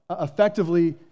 effectively